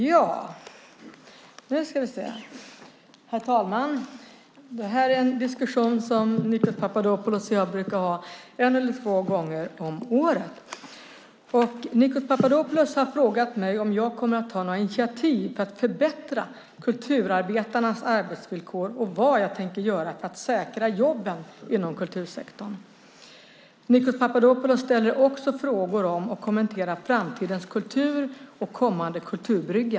Herr talman! Det här är en diskussion som Nikos Papadopoulos och jag brukar ha en eller två gånger om året. Nikos Papadopoulos har frågat mig om jag kommer att ta några initiativ för att förbättra kulturarbetarnas arbetsvillkor och vad jag tänker göra för att säkra jobben inom kultursektorn. Nikos Papadopoulos ställer också frågor om och kommenterar Framtidens kultur och den kommande Kulturbryggan.